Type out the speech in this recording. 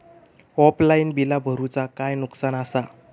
Offline बिला भरूचा काय नुकसान आसा?